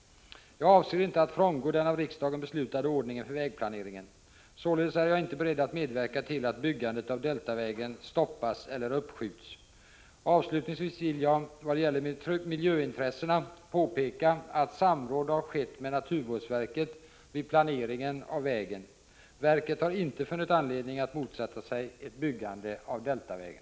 Jag avser inte att frångå den av riksdagen beslutade ordningen för vägplaneringen. Således är jag inte beredd att medverka till att byggandet av Deltavägen stoppas eller uppskjuts. Avslutningsvis vill jag — vad gäller miljöintressena — påpeka att samråd har skett med naturvårdsverket vid planeringen av vägen. Verket har inte funnit anledning att motsätta sig ett byggande av Deltavägen.